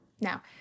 Now